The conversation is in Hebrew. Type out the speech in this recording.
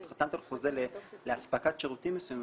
את חתמת על חוזה לאספקת שירותים מסוימים.